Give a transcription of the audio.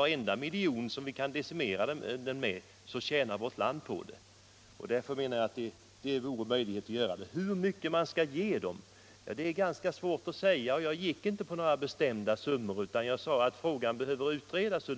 Varenda miljon som vi kan skära ned det beloppet med är en vinst för Sverige. Därför menar jag att det vore förnuftigt att göra ett försök. Hur mycket man skall ge i subventioner är svårt att säga, och därför nämnde jag inget bestämt belopp utan sade att frågan bör utredas.